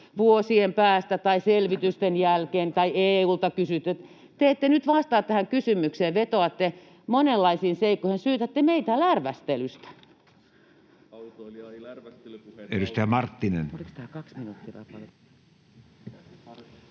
vuosien päästä tai selvitysten jälkeen tai EU:lta kysyttyä. Te ette nyt vastaa tähän kysymykseen. Vetoatte monenlaisiin seikkoihin, ja syytätte meitä lärvästelystä.